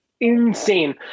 insane